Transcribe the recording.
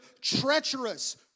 treacherous